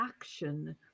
action